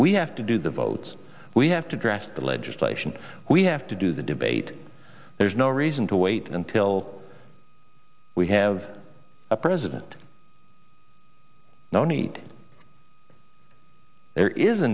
we have to do the votes we have to draft the legislation we have to do the debate there's no reason to wait until we have a president no need there is a